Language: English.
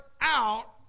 out